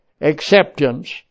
acceptance